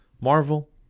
Marvel